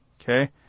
Okay